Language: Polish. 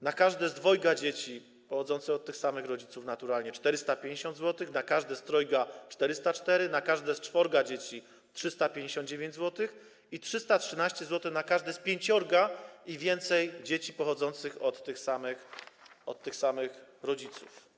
na każde z dwojga dzieci, pochodzących od tych samych rodziców naturalnie - 450 zł, na każde z trojga - 404 zł, na każde z czworga dzieci - 359 zł i 313 zł na każde z pięciorga i więcej dzieci pochodzących od tych samych rodziców.